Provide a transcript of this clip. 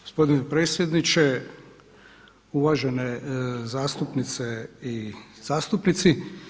Gospodine predsjedniče, uvažene zastupnice i zastupnici.